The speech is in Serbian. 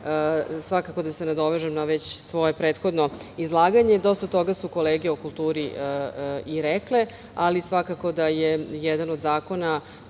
za kulturu nadovezati na svoje prethodno izlaganje. Dosta toga su kolege o kulturi i rekle, ali svakako da je jedan od zakona